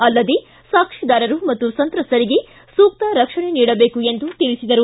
ಅಲ್ಲದೇ ಸಾಕ್ಷಿದಾರರು ಮತ್ತು ಸಂತ್ರಸ್ತರಿಗೆ ಸೂಕ್ತ ರಕ್ಷಣೆ ನೀಡಬೇಕು ಎಂದು ತಿಳಿಸಿದರು